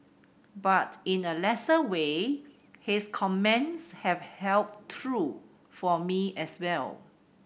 but in a lesser way his comments have held true for me as well